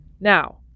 Now